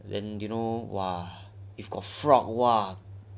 then you know !wah! if got frog !wah!